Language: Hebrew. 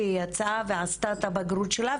והיא יצאה ועשתה את הבגרות שלה,